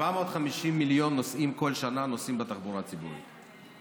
בכל שנה יש 750 מיליון נוסעים בתחבורה הציבורית,